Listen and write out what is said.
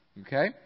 Okay